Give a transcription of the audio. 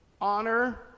honor